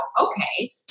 okay